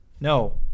no